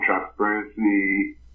transparency